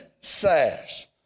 sash